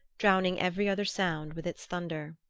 drowning every other sound with its thunder.